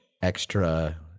extra